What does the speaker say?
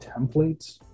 templates